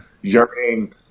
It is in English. yearning